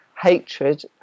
hatred